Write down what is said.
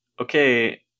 Okay